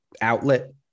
outlet